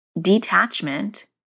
detachment